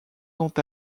quant